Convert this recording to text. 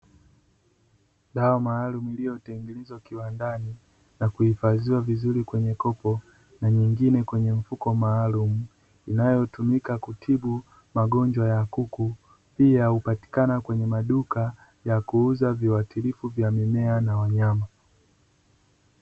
Dawa maalumu iliyotengenezwa kiwandani, na kuhifadhiwa vizuri kwenye kopo, na nyingine kwenye mfuko maalumu, inayotumika kutibu magonjwa ya kuku, pia hupatikana kwenye maduka ya kuuza viwatilifu vya mimea na wanyama.